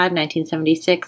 1976